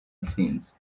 intsinzi